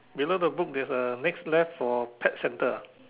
below the book there's a next left for pet centre ah